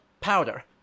powder